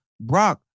Brock